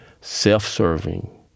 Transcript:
self-serving